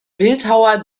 bildhauer